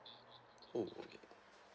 oh okay